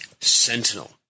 sentinel